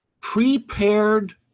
prepared